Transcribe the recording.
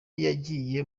yagiye